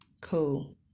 Cool